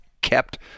kept